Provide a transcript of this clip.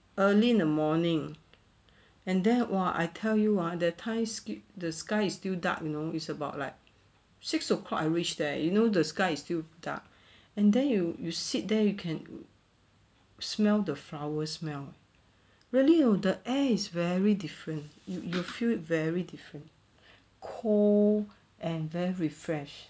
early in the morning and then !wah! I tell you ah that time skip the sky is still dark you know it's about like six o'clock I wish that you know the sky still dark and then you you sit there you can smell the flowers smell really oh the air is very different you you feel very different cool and very refresh